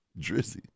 Drizzy